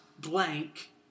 blank